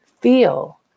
feel